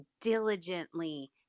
diligently